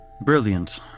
Brilliant